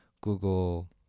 Google